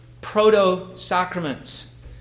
proto-sacraments